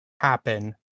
happen